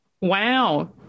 Wow